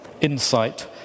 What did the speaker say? insight